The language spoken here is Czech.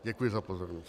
Děkuji za pozornost.